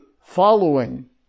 following